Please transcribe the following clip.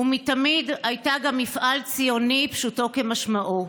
ומתמיד הייתה גם מפעל ציוני פשוטו כמשמעו.